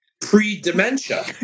pre-dementia